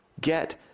get